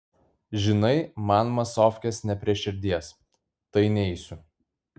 žinai man masofkės ne prie širdies tai neisiu